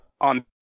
on